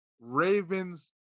Ravens